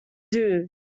due